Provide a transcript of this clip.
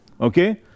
Okay